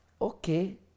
Okay